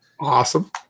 Awesome